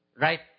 Right